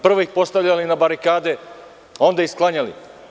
Prvo ih postavljali na barikade a onda ih sklanjali.